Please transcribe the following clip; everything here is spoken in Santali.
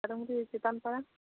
ᱦᱟᱥᱟ ᱰᱩᱝᱨᱤ ᱪᱮᱛᱟᱱ ᱯᱟᱲᱟ